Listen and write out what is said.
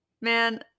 Man